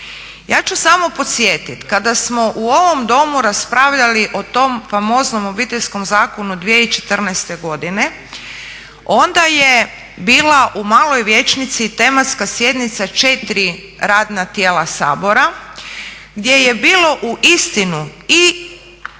Ja ću samo podsjetit, kada smo u ovom domu raspravljali o tom famoznom Obiteljskom zakonu 2014. godine onda je bila u maloj vijećnici tematska sjednica četiri radna tijela Sabora gdje je bilo uistinu i